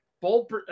Bold